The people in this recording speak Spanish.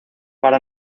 para